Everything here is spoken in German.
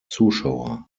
zuschauer